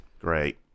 Great